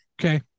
Okay